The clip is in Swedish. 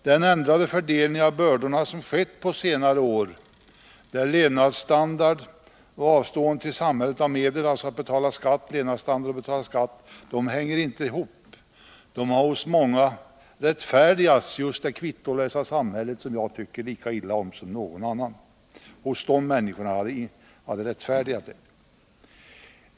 Den ändrade fördelning av bördorna som skett på senare år, där levnadsstandard och avstående till samhället av medel, dvs. att betala skatt, inte hänger ihop, har för många rättfärdigat just det kvittolösa samhället, som jag tycker lika illa om som någon annan.